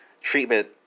treatment